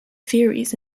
theories